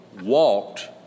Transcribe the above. walked